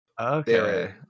Okay